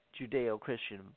Judeo-Christian